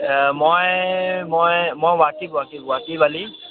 মই মই মই ৱাকিব ৱাকিব ৱাকিব আলি